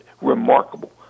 remarkable